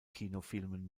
kinofilmen